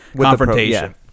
confrontation